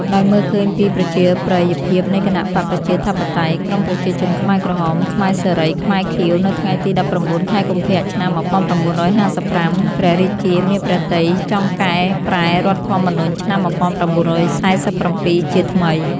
ដោយមើលឃើញពីប្រជាប្រិយភាពនៃគណបក្សប្រជាធិបតេយ្យ ក្រុមប្រជាជនខ្មែរក្រហម ខ្មែរសេរី ខ្មែរខៀវ នៅថ្ងៃទី ១៩ ខែកុម្ភៈ ឆ្នាំ ១៩៥៥ ព្រះរាជាមានព្រះទ័យចង់កែប្រែរដ្ឋធម្មនុញ្ញឆ្នាំ ១៩៤៧ ជាថ្មី។